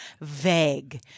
vague